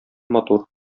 матур